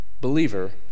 believer